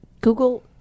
Google